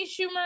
Schumer